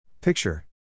Picture